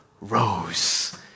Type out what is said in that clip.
rose